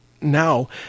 now